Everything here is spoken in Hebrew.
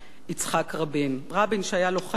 רבין שהיה לוחם מהולל, רמטכ"ל,